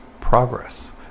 progress